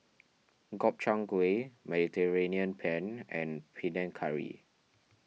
Gobchang Gui Mediterranean Penne and Panang Curry